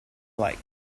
like